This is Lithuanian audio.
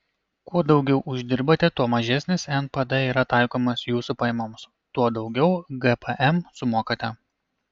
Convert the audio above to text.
kuo daugiau uždirbate tuo mažesnis npd yra taikomas jūsų pajamoms tuo daugiau gpm sumokate